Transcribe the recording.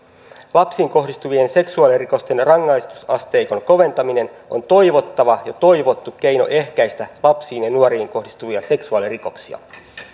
lapsiin kohdistuvien seksuaalirikosten rangaistusasteikon koventaminen on toivottava ja toivottu keino ehkäistä lapsiin ja nuoriin kohdistuvia seksuaalirikoksia